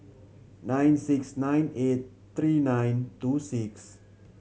nine six nine eight three nine two six